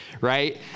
right